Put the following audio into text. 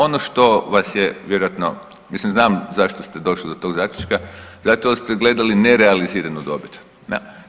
Ono što vas je vjerojatno, mislim znam zašto ste došli do tog zaključka, zato jel ste gledali ne realiziranu dobit, da.